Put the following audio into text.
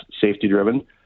safety-driven